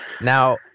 Now